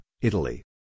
Italy